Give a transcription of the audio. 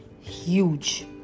huge